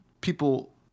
people